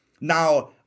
Now